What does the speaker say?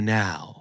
now